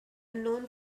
unknown